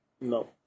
No